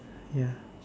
ya